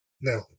now